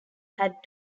had